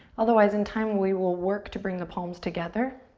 otherwise, in time, we will work to bring the palms together.